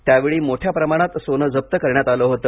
त्यावेळी मोठ्या प्रमाणात सोने जप्त करण्यात आले होते